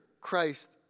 Christ